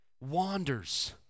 wanders